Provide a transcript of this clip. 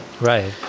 Right